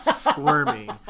squirming